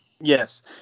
Yes